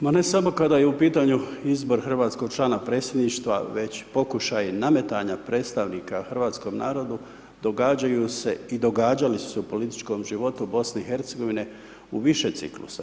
Ma ne samo kada je u pitanju izbor hrvatskog člana Predsjedništva već pokušaj nametanja predstavnika hrvatskog narodu događaju se i događali su se u političkom životu BiH-a u više ciklusa.